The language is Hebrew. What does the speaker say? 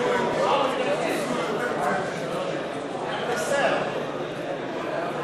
רוצחים משחררים, לילדים מתאכזרים.